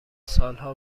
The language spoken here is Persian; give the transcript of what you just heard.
سالها